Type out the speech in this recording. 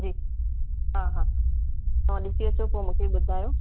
जी हा हा तव्हां ॾिसी अचो पोइ मूंखे ॿुधायो